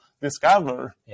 discover